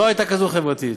לא הייתה כזאת ממשלה חברתית.